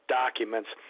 documents